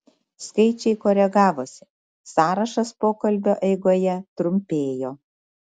skaičiai koregavosi sąrašas pokalbio eigoje trumpėjo